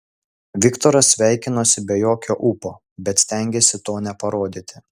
viktoras sveikinosi be jokio ūpo bet stengėsi to neparodyti